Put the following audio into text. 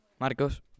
Marcos